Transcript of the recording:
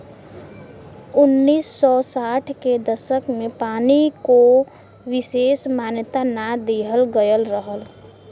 उन्नीस सौ साठ के दसक में पानी को विसेस मान्यता ना दिहल गयल रहल